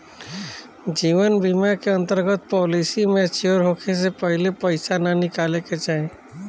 जीवन बीमा के अंतर्गत पॉलिसी मैच्योर होखे से पहिले पईसा ना निकाले के चाही